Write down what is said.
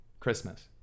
Christmas